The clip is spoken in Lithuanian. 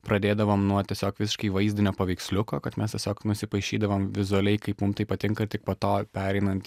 pradėdavom nuo tiesiog visiškai vaizdinio paveiksliuko kad mes tiesiog nusipaišydavom vizualiai kaip mum tai patinka ir tik po to pereinant